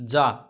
जा